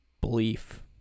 belief